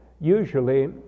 Usually